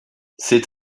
c’est